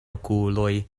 okuloj